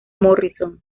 morrison